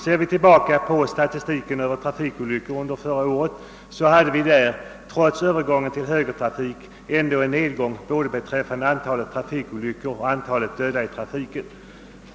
Ser vi tillbaka på statistiken över trafikolyckorna under förra året, finner vi att det trots övergången till högertrafik ändå inträffade en nedgång beträffande både antalet trafikolyckor och antalet dödade i trafiken.